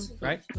Right